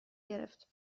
گرفت